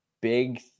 big